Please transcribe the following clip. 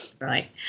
Right